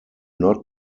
not